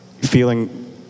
feeling